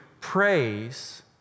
praise